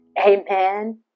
Amen